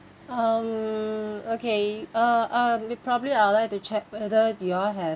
um okay uh um we probably I'll like to check whether do you all have